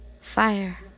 Fire